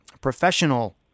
professional